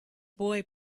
boy